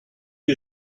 you